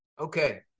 Okay